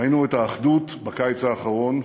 ראינו את האחדות בקיץ האחרון,